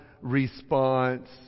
response